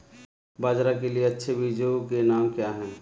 बाजरा के लिए अच्छे बीजों के नाम क्या हैं?